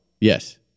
yes